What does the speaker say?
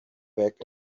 back